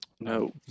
No